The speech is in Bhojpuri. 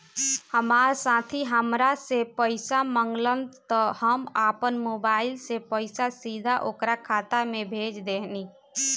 हमार साथी हामरा से पइसा मगलस त हम आपना मोबाइल से पइसा सीधा ओकरा खाता में भेज देहनी